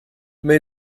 mais